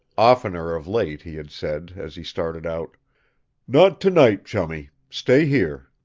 oftener of late he had said, as he started out not to-night, chummie. stay here.